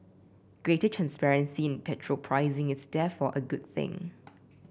greater transparency in petrol pricing is therefore a good thing